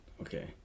okay